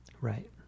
Right